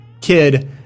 kid